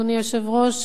אדוני היושב-ראש,